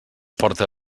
porta